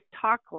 talk